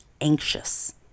anxious